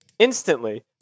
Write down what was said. Instantly